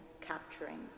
capturing